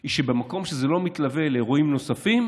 היא שבמקום שזה לא מתלווה לאירועים נוספים,